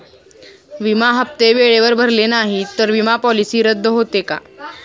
विमा हप्ते वेळेवर भरले नाहीत, तर विमा पॉलिसी रद्द होते का?